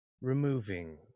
removing